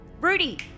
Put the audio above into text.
Rudy